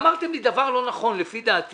אמרתם לי דבר לא נכון לפי דעתי